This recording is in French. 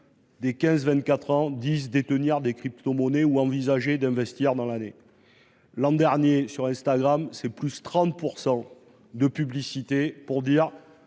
Des 15 24 ans disent détenir des cryptomonnaies ou envisager d'investir dans l'année. L'an dernier sur Instagram, c'est plus 30% de publicité pour dire